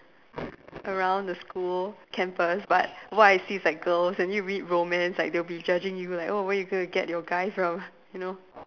around the school campus but what I see is like girls when you read romance like they'll be judging you like oh where you gonna get your guy from you know